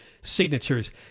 signatures